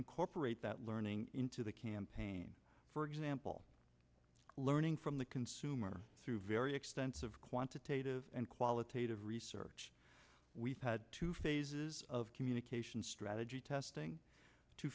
incorporate that learning into the campaign for example learning from the consumer through very extensive quantitative and qualitative research we've had two phases of communication strategy testing two